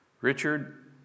Richard